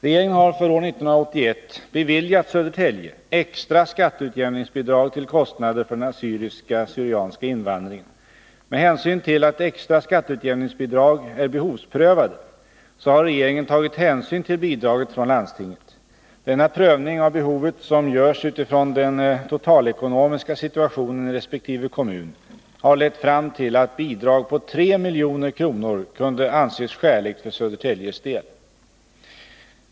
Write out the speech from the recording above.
Regeringen har för år 1981 beviljat Södertälje extra skatteutjämningsbidrag till kostnader för den assyriska/syrianska invandringen. Med hänsyn till att extra skatteutjämningsbidrag är behovsprövade har regeringen tagit hänsyn till bidraget från landstinget. Denna prövning av behovet, som görs utifrån den totalekonomiska situationen i resp. kommun, har lett fram till att ett bidrag på 3 milj.kr. kunde anses skäligt för Södertäljes del.